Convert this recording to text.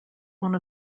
one